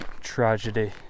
Tragedy